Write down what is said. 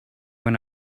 when